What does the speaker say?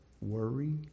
worry